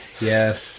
Yes